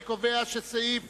אני קובע שסעיף